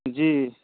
جی